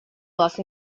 lost